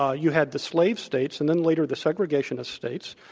ah you had the slave states and then later the segregation of states,